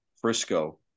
Frisco